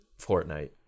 Fortnite